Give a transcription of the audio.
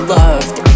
loved